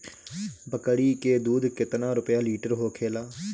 बकड़ी के दूध केतना रुपया लीटर होखेला?